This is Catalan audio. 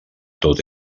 tot